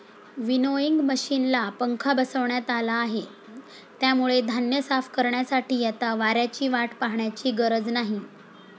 winnowing मशिनला पंखा बसवण्यात आला आहे, त्यामुळे धान्य साफ करण्यासाठी आता वाऱ्याची वाट पाहण्याची गरज नाही